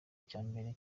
cyambere